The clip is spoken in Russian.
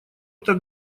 так